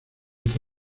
hizo